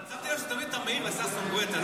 אבל שמתי לב שאתה תמיד מעיר לששון גואטה.